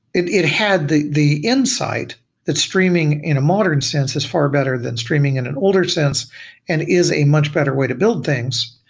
it it had the the insight streaming in a modern sense is far better than streaming in an older sense and is a much better way to build things,